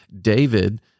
David